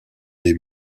des